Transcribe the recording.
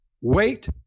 wait